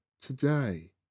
Today